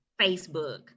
Facebook